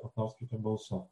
paklauskite balsu